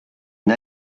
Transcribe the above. une